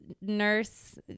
nurse